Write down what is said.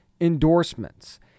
endorsements